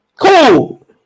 Cool